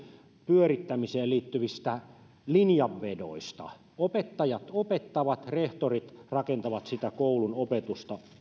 pyörittämiseen liittyvistä linjanvedoista opettajat opettavat rehtorit rakentavat sitä koulun opetusta